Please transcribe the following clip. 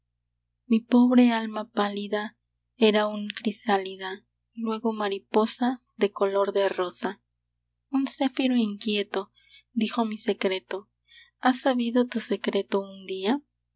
mi pobre alma pálida era un crisálida luego mariposa de color de rosa un céfiro inquieto dijo mi secreto has sabido tu secreto un día